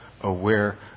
aware